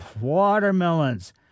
watermelons